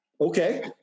Okay